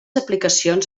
aplicacions